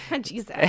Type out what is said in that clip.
Jesus